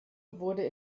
wurde